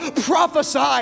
prophesy